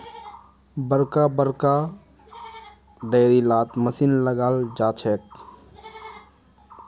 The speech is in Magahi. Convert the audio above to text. बड़का बड़का डेयरी लात मशीन लगाल जाछेक